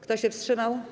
Kto się wstrzymał?